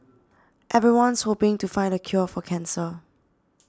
everyone's hoping to find the cure for cancer